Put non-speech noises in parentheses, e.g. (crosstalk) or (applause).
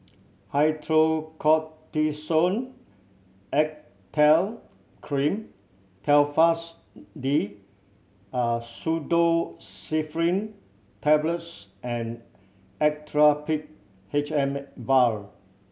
Hydrocortisone Acetate Cream Telfast D (unintelligible) Pseudoephrine Tablets and Actrapid H M Vial